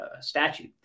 statute